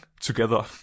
together